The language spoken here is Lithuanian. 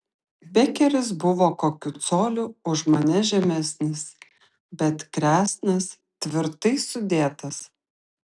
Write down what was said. bekeris buvo kokiu coliu už mane žemesnis bet kresnas tvirtai sudėtas